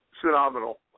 Phenomenal